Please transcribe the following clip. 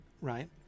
right